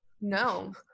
No